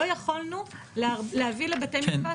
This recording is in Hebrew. לא יכולנו להביא לבתי משפט.